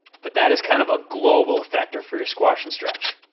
but that is kind of a global factor for your squash and stretch.